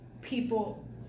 people